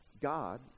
God